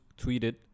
tweeted